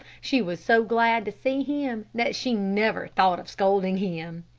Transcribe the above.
she was so glad to see him, that she never thought of scolding him.